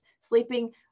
Sleeping